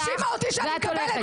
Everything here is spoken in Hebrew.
ואת הולכת.